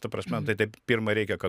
ta prasme tai taip pirma reikia kad